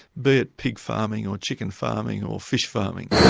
be it pig farming or chicken farming or fish farming,